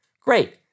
Great